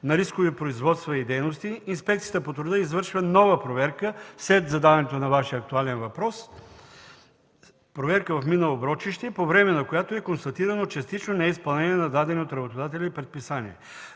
на рискови производства и дейности Инспекцията по труда извършва нова проверка след задаването на Вашия актуален въпрос – проверка в мина „Оброчище“, по време на която е констатирано частично неизпълнение на дадени на работодателя предписания.